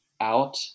out